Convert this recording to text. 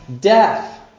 Death